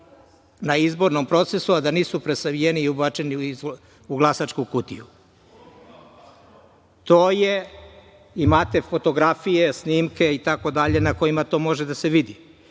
na izbornom procesu, a da nisu presavijeni i ubačeni u glasačku kutiju. Imate fotografije, snimke na kojima to može da se vidi. Da